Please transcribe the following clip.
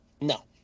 No